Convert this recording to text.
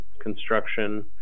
construction